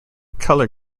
color